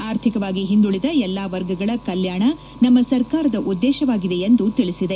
ಆರ್ಥಿಕವಾಗಿ ಹಿಂದುಳಿದ ಎಲ್ಲಾ ವರ್ಗಗಳ ಕಲ್ಯಾಣ ನಮ್ಮ ಸರ್ಕಾರದ ಉದ್ದೇಶವಾಗಿದೆ ಎಂದು ತಿಳಿಸಿದ್ದಾರೆ